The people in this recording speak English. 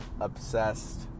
obsessed